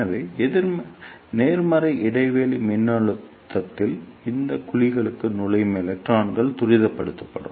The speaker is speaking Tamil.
எனவே நேர்மறை இடைவெளி மின்னழுத்தங்களில் இந்த குழிக்குள் நுழையும் எலக்ட்ரான்கள் துரிதப்படுத்தப்படும்